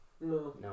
no